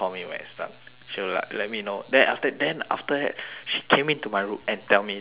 she will like let me know then after then after that she came into my room and tell me the same thing again